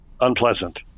unpleasant